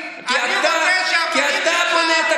אני רוצה שהבנים שלך,